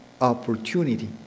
opportunity